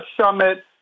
summit